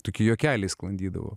tokie juokeliai sklandydavo